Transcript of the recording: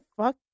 fuck